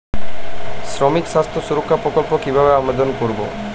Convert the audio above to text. শ্রমিকের স্বাস্থ্য সুরক্ষা প্রকল্প কিভাবে আবেদন করবো?